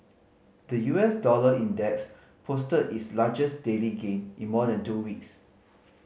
the U S dollar index posted its largest daily gain in more than two weeks